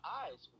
eyes